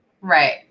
right